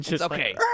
Okay